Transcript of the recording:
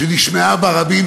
שנשמעה ברבים,